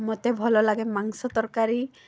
ମତେ ଭଲ ଲାଗେ ମାଂସ ତରକାରୀ